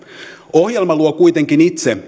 ohjelma luo kuitenkin itse